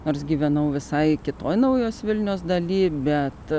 nors gyvenau visai kitoj naujos vilnios daly bet